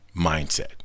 mindset